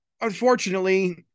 Unfortunately